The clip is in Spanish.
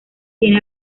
tiene